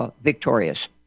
Victorious